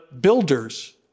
builders